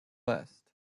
west